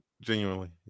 genuinely